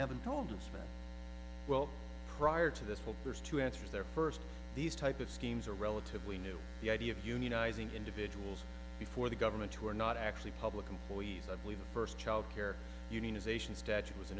haven't told us but well prior to this will there's two answers there first these type of schemes are relatively new the idea of unionizing individuals before the government who are not actually public employees i believe the first childcare unionization statute was in